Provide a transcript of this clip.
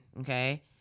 okay